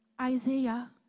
Isaiah